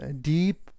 deep